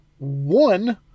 One